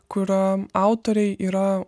kuro autoriai yra